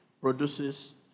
produces